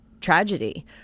tragedy